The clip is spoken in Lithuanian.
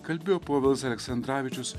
kalbėjo povilas aleksandravičius